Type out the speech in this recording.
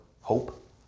hope